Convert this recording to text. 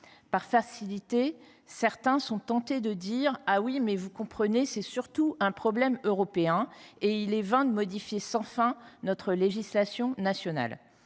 Par facilité, certains sont tentés de dire :« Ah oui, mais vous comprenez, c’est surtout un problème européen, il est vain de modifier sans fin notre législation nationale !